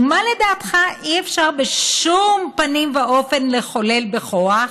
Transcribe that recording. ומה לדעתך אי-אפשר בשום פנים ואופן לחולל בכוח?